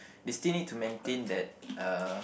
they still need to maintain that uh